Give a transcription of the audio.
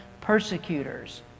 persecutors